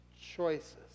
choices